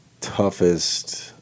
toughest